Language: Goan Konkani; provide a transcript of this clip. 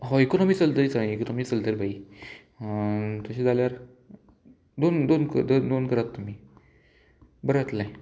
हय इकोनॉमी चलत ये इकोनॉमी चलत बाई तशें जाल्यार दोन दोन दोन करात तुमी बरें जातलें